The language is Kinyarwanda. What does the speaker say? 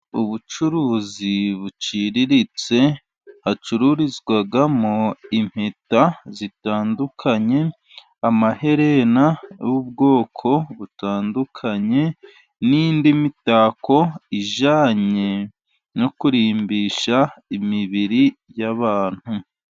Ubucuruzi buciriritse, hacururizwamo impeta zitandukanye, amaherena y'ubwoko butandukanye, ni indi mitako ijyanye no kurimbisha imibiri y'abantu.